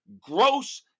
gross